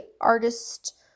artist